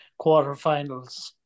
quarterfinals